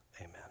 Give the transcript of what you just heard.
amen